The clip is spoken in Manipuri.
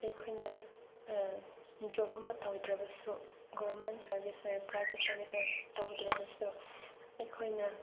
ꯑꯩꯈꯣꯏꯅ ꯖꯣꯞ ꯑꯃ ꯇꯧꯗ꯭ꯔꯕꯁꯨ ꯒꯣꯕꯔꯃꯦꯟ ꯁꯥꯔꯕꯤꯁ ꯑꯣꯏꯔꯦ ꯄ꯭ꯔꯥꯏꯕꯦꯠ ꯁꯥꯔꯕꯤꯁ ꯑꯣꯏꯔꯦ ꯇꯧꯗ꯭ꯔꯕꯁꯨ ꯑꯩꯈꯣꯏꯅ